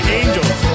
angels